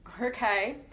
Okay